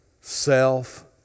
self